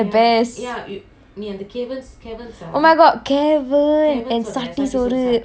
oh my god caverns and satti soru sorru oh my god yes it's so spicy lah